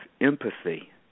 empathy